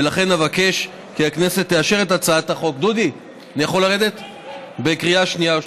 ולכן אבקש כי הכנסת תאשר את הצעת החוק בקריאה שנייה ושלישית.